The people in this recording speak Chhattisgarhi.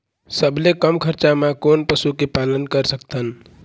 सबले कम खरचा मा कोन पशु के पालन कर सकथन?